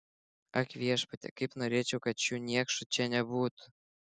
ak viešpatie kaip norėčiau kad šių niekšų čia nebūtų